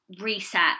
reset